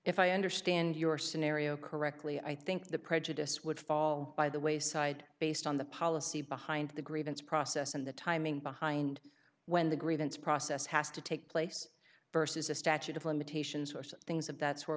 if i understand your scenario correctly i think the prejudice would fall by the wayside based on the policy behind the grievance process and the timing behind when the grievance process has to take place versus a statute of limitations or some things of that's where